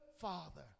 father